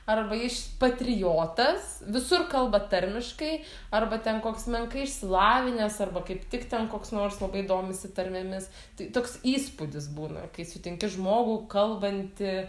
arba jiš patriotas visur kalba tarmiškai arba ten koks menkai išsilavinęs arba kaip tik ten koks nors labai domisi tarmėmis tai toks įspūdis būna kai sutinki žmogų kalbantį